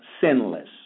sinless